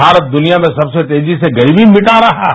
भारत दुनिया में सबसे तेजी से गरीबी मिटा रहा है